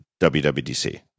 WWDC